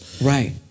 Right